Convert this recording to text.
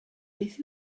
beth